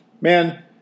man